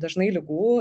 dažnai ligų